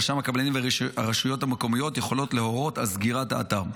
רשם הקבלנים והרשויות המקומיות יכולים להורות על סגירת האתר.